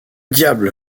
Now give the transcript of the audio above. diable